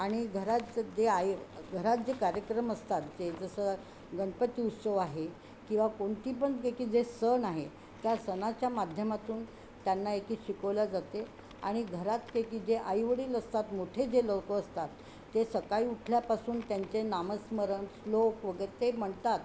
आणि घरात जे काही घरात जे कार्यक्रम असतात जे जसं गणपती उत्सव आहे किंवा कोणती पण काही काही जे सण आहे त्या सणाच्या माध्यमातून त्यांना एकेक शिकवल्या जाते आणि घरात काही काही जे आईवडील असतात मोठे जे लोकं असतात ते सकाळी उठल्यापासून त्यांचे नामस्मरण श्लोक वगैरे ते म्हणतात